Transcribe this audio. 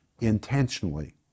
intentionally